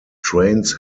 trains